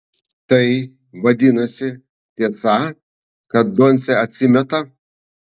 tai vadinasi tiesa kad doncė atsimeta